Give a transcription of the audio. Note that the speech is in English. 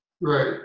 right